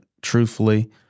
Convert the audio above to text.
truthfully